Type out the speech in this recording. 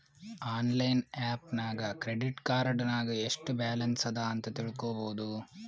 online app ನಾಗ್ credit card ನಾಗ್ ಎಸ್ಟ್ ಬ್ಯಾಲನ್ಸ್ ಅದಾ ಅಂತ್ ತಿಳ್ಕೊಬೋದು